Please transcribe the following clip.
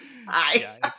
Hi